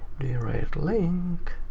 direct link,